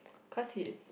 cause his